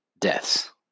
deaths